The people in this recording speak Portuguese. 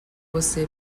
você